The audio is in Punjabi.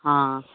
ਹਾਂ